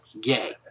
gay